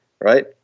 right